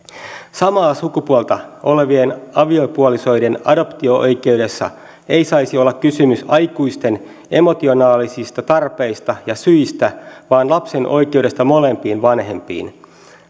samaa sukupuolta olevien aviopuolisoiden adoptio oikeudessa ei saisi olla kysymys aikuisten emotionaalisista tarpeista ja syistä vaan lapsen oikeudesta molempiin vanhempiin